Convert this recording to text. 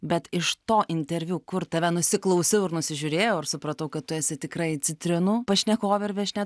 bet iš to interviu kur tave nusiklausiau ir nusižiūrėjau ir supratau kad tu esi tikrai citrinų pašnekovė ir viešnia